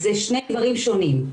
זה שני דברים שונים.